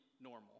normal